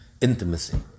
intimacy